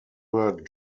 were